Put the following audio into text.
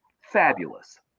fabulous